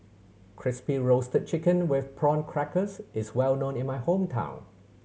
Crispy Roasted Chicken with Prawn Crackers is well known in my hometown